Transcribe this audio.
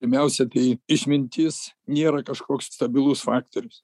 pirmiausia tai išmintis nėra kažkoks stabilus faktorius